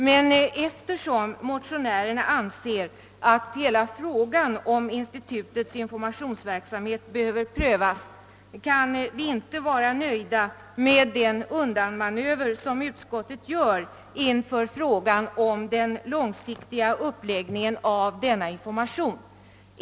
Men eftersom motionärerna anser att hela frågan om institutets informationsverksamhet behöver prövas, kan vi inte vara nöjda med den undanmannöver utskottet gör inför frågan om den långsiktiga uppläggningen av denna information.